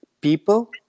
people